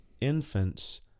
infants